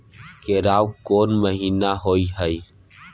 केराव कोन महीना होय हय?